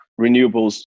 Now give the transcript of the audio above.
renewables